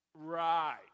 Right